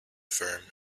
firm